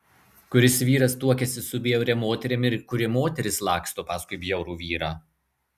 kuris vyras tuokiasi su bjauria moterim ir kuri moteris laksto paskui bjaurų vyrą